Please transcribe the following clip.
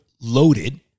loaded